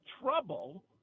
trouble